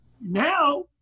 now